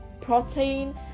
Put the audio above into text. protein